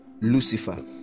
Lucifer